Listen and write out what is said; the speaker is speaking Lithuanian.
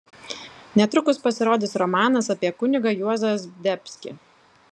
netrukus pasirodys romanas apie kunigą juozą zdebskį